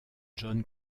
john